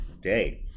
day